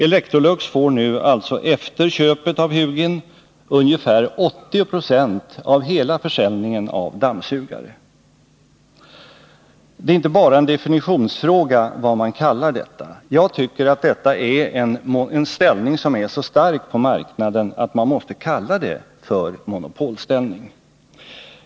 Electrolux får alltså efter köpet av Hugin ungefär 80 26 av hela försäljningen av dammsugare. Det är inte bara en definitionsfråga vad man kallar detta. Jag tycker att detta är en ställning som är så stark på marknaden att man måste kalla den monopolställning.